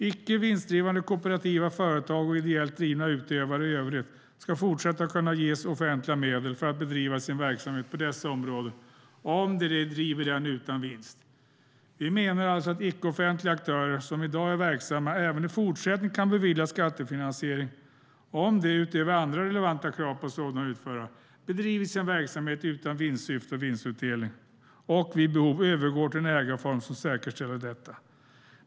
Icke vinstdrivande kooperativa företag och ideellt drivna utövare i övrigt ska fortsatt kunna ges offentliga medel för att bedriva sin verksamhet på dessa områden, om de driver den utan vinst. Vi menar alltså att icke-offentliga aktörer som i dag är verksamma även i fortsättningen kan beviljas skattefinansiering om de, utöver andra relevanta krav på sådana utförare, bedriver sin verksamhet utan vinstsyfte och vinstutdelning samt vid behov övergår till en ägarform som säkerställer detta.